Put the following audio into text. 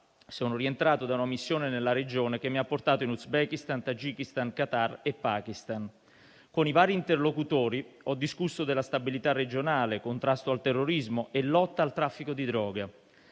sono rientrato da una missione nella regione, che mi ha portato in Uzbekistan, Tagikistan, Qatar e Pakistan. Con i vari interlocutori ho discusso della stabilità regionale, contrasto al terrorismo e lotta al traffico di droga.